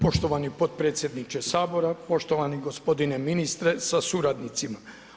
Poštovani potpredsjedniče Sabora, poštovani gospodine ministre sa suradnicima.